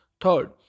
Third